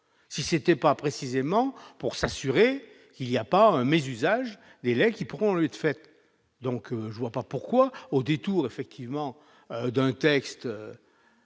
si c'était pas précisément pour s'assurer qu'il y a pas un mésusage délai qui pourront être faites donc je vois pas pourquoi au détour effectivement d'un texte